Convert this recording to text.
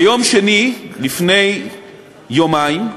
ביום שני, לפני יומיים,